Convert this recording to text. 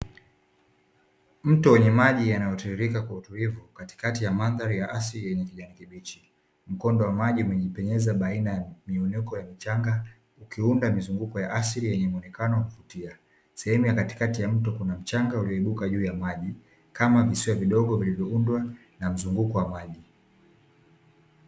Mto wenye maji yanayotiririka kwa utulivu, katikati ya mandhari ya asili yenye kijani kibichi. Mkondo wa maji umejipenyeza baina ya miinuko ya mchanga, ukiunda mizunguko ya asili yenye muonekano wa kuvutia. Sehemu ya katikati ya mto kuna mchanga ulioibuka juu ya maji, kama visiwa vidogo vilivyoundwa na mzunguko wa maji.